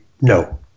no